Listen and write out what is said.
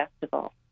Festival